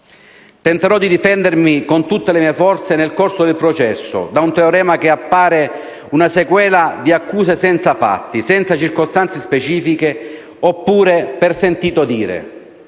Tenterò di difendermi con tutte le mie forze, nel corso del processo, da un teorema che appare una sequela di accuse senza fatti, senza circostanze specifiche, oppure per "sentito dire".